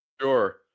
Sure